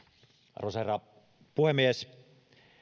arvoisa herra puhemies